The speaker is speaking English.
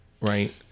right